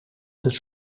eens